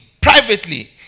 privately